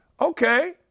Okay